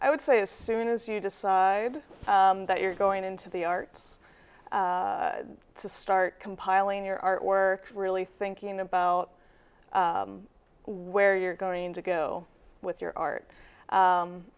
i would say as soon as you decide that you're going into the arts to start compiling your artwork really thinking about where you're going to go with your art